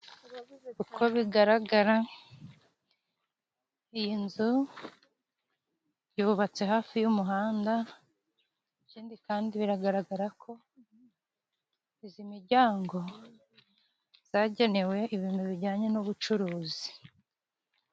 Uko bigaragara iyi nzu yubatse hafi y'umuhanda, ikindi kandi biragaragara ko izi miryango zagenewe ibintu bijyanye n'ubucuruzi.